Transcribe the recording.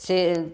sale